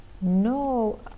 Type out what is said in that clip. No